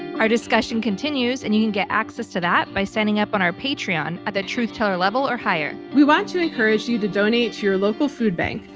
our discussion continues and you can get access to that by signing up on our patreon at the truth teller level or higher. we want to encourage you to donate to your local food bank,